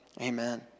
Amen